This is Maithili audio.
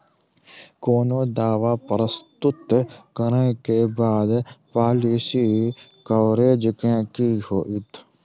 कोनो दावा प्रस्तुत करै केँ बाद पॉलिसी कवरेज केँ की होइत?